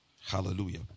Hallelujah